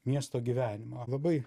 miesto gyvenimą labai